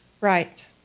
right